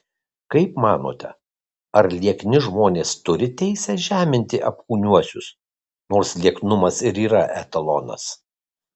kaip manote ar liekni žmonės turi teisę žeminti apkūniuosius nors lieknumas ir yra etalonas